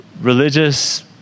religious